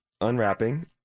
Unwrapping